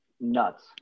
nuts